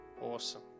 Awesome